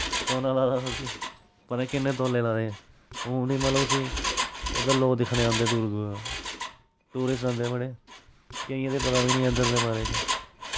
सोना लादा उस्सी पता निं किन्ने तोले दा ऐ एह् उस्सी मतलव लोक दिखने औंदे दूरां दूरां दा टूरिस्ट आंदे बड़े केईंये ते पता बी निं ऐ इद्धर दे बारे च